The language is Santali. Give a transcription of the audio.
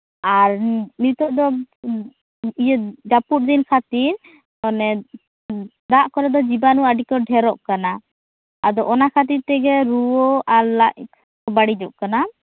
ᱟᱨ ᱱᱤᱛᱚᱜ ᱫᱚ ᱤᱭᱟᱹ ᱡᱟᱹᱯᱩᱫ ᱫᱤᱱ ᱠᱷᱟᱹᱛᱤᱨ ᱚᱱᱮ ᱫᱟᱜ ᱠᱚᱨᱮ ᱫᱚ ᱡᱤᱵᱟᱱᱩ ᱟᱹᱰᱤ ᱠᱚ ᱰᱷᱮᱨᱚᱜ ᱠᱟᱱᱟ ᱟᱫᱚ ᱚᱱᱟ ᱠᱷᱟᱹᱛᱤᱨ ᱛᱮᱜᱮ ᱨᱩᱣᱟᱹ ᱟᱨ ᱞᱟᱡ ᱵᱟᱲᱤᱡᱚᱜ ᱠᱟᱱᱟ